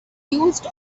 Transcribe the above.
used